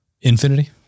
infinity